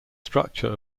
structure